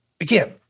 again